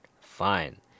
Fine